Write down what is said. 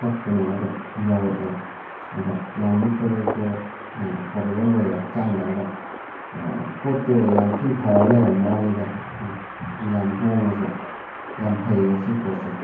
ꯀꯛꯄꯅꯦ ꯑꯗꯣ ꯌꯧꯔꯛꯑꯦ ꯑꯗꯣ ꯌꯥꯝ ꯂꯤꯠꯄꯗꯁꯨ ꯌꯥꯝ ꯑꯦꯐꯣꯔꯗꯦꯕꯜ ꯑꯣꯏꯌꯦ ꯍꯛꯆꯥꯡꯗ ꯑꯗꯣ ꯄꯣꯠꯇꯣ ꯌꯥꯝ ꯊꯤꯅ ꯐꯔ ꯂꯩꯔꯝꯕ ꯋꯥꯅꯤꯗ ꯌꯥꯝ ꯍꯣꯡꯉꯁꯨ ꯌꯥꯝ ꯐꯩꯌꯦ ꯁꯤ ꯄꯣꯠꯁꯦ